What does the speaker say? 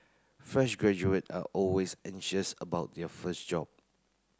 fresh graduate are always anxious about their first job